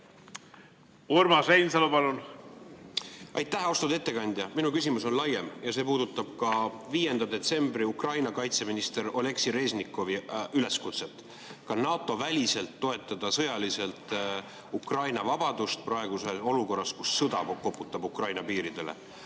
koos tegutsemiseks? Aitäh! Austatud ettekandja! Minu küsimus on laiem ja see puudutab 5. detsembri Ukraina kaitseminister Oleksi Reznikovi üleskutset ka NATO-väliselt toetada sõjaliselt Ukraina vabadust praeguses olukorras, kus sõda koputab Ukraina piiridele.